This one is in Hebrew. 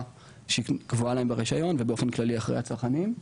שהיא קבועה להם ברישיון ובאופן כללי אחרי הצרכנים.